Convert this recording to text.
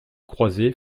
croisées